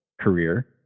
career